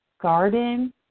garden